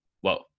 whoa